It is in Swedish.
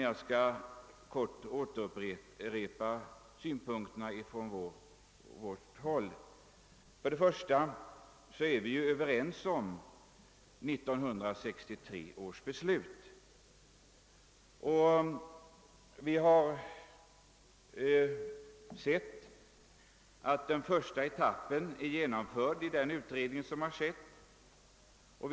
Jag skall emellertid i korthet upprepa synpunkterna från vårt håll. Vi är ju överens om 1963 års beslut. Vi har sett i den utredning som har gjorts, att den första etappen är genomförd.